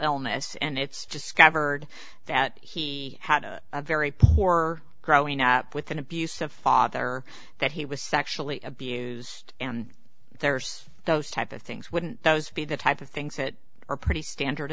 illness and it's just skiver that he had a very poor growing up with an abusive father that he was sexually abused and there's those type of things wouldn't those be the type of things that are pretty standard